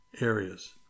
areas